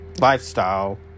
lifestyle